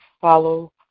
follow